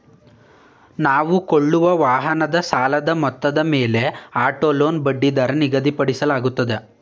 ನಾವು ಕೊಳ್ಳುವ ವಾಹನದ ಸಾಲದ ಮೊತ್ತದ ಮೇಲೆ ಆಟೋ ಲೋನ್ ಬಡ್ಡಿದರ ನಿಗದಿಪಡಿಸಲಾಗುತ್ತದೆ